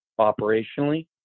operationally